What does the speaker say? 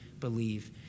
believe